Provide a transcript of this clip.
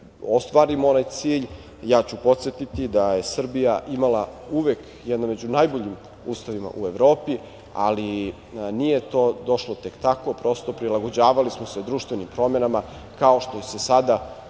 ostvarimo onaj cilj. Podsetiću da je Srbija imala uvek jedan među najboljim ustavima u Evropi, ali nije to došlo tek tako. Prosto, prilagođavali smo se društvenim promenama, kao što se sada